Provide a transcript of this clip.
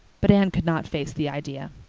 but anne could not face the idea.